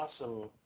awesome